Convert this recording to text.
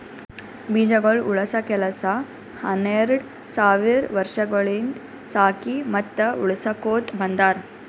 ಬೀಜಗೊಳ್ ಉಳುಸ ಕೆಲಸ ಹನೆರಡ್ ಸಾವಿರ್ ವರ್ಷಗೊಳಿಂದ್ ಸಾಕಿ ಮತ್ತ ಉಳುಸಕೊತ್ ಬಂದಾರ್